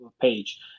page